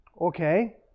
okay